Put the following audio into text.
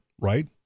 Right